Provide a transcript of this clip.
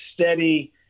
steady